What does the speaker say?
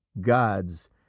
Gods